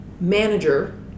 manager